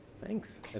thanks.